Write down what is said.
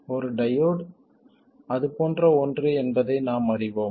ஒரு டையோடு அது போன்ற ஒன்று என்பதை நாம் அறிவோம்